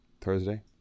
Thursday